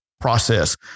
process